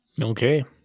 Okay